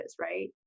right